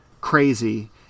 crazy